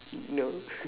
no